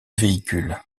véhicules